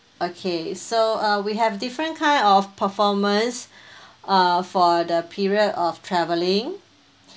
okay so uh we have different kind of performance uh for the period of travelling